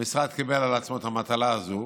המשרד קיבל על עצמו את המטלה הזאת,